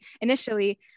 initially